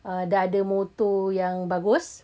uh dah ada motor yang bagus